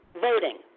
voting